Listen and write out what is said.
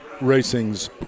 racing's